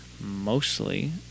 Mostly